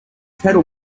pedal